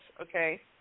okay